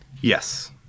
Yes